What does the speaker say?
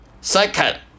Second